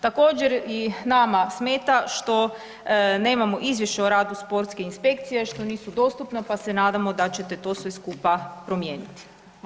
Također i nama smeta što nemamo izvješće o radu sportske inspekcije, što nisu dostupna pa se nadamo da ćete to sve skupa promijeniti.